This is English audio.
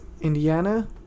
Indiana